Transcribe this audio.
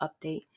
update